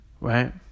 right